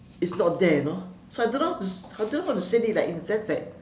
it's not there you know so I don't know how to I don't know how to say it like in a sense that